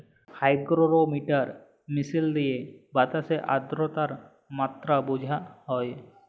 hygrometer মিশিল দিঁয়ে বাতাসের আদ্রতার মাত্রা বুঝা হ্যয়